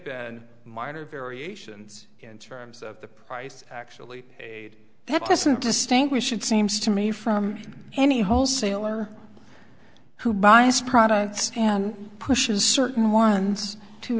been minor variations in terms of the price actually that doesn't distinguish it seems to me from any wholesaler who buy as products and pushes certain ones to